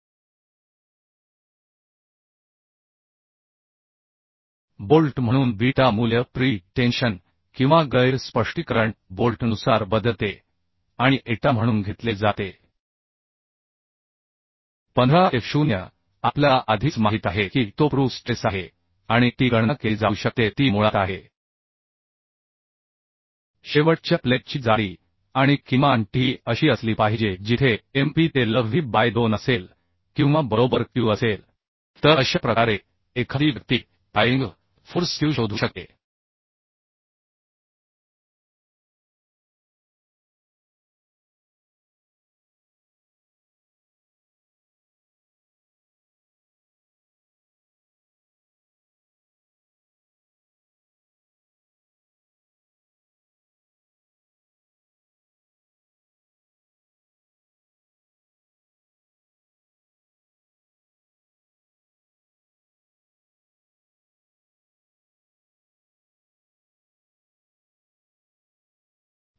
या सूत्रावरून जेथे le हे 11 गुणिले टी गुणिले बीटा f0 गुणिले fy आणि हे बीटा मूल्य आहे नॉन प्रिटेन्शन प्रेटेंशन बोल्टसाठी 2 होईल आणि आपण प्री टेन्शनसाठी 1 चा विचार करू शकतो बोल्ट म्हणून बीटा मूल्य प्री टेन्शन किंवा गैर स्पष्टीकरण बोल्टनुसार बदलते आणि एटा म्हणून घेतले जाते 15 f0 आपल्याला आधीच माहित आहे की तो प्रूफ स्ट्रेस आहे आणि टी गणना केली जाऊ शकते तीं मुळात आहे शेवटच्या प्लेटची जाडी आणि किमान टी ही अशी असली पाहिजे जिथे Mp Telv बाय 2 असेल किंवा बरोबर Q असेल तर अशा प्रकारे एखादी व्यक्ती प्रायिंग फोर्स Q शोधू शकते